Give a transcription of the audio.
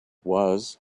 was